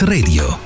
Radio